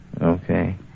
Okay